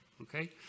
okay